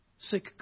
sick